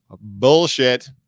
bullshit